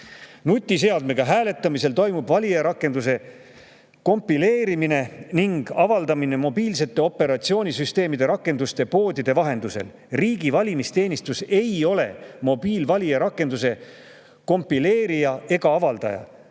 "Nutiseadmega hääletamisel toimub valijarakenduse kompileerimine ning avaldamine mobiilsete operatsioonisüsteemide rakenduste poodide vahendusel. Riigi valimisteenistus ei ole mobiilvalijarakenduse kompileerija ega avaldaja,